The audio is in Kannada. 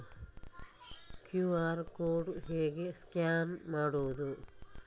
ಕ್ಯೂ.ಆರ್ ಕೋಡ್ ಹೇಗೆ ಸ್ಕ್ಯಾನ್ ಮಾಡುವುದು?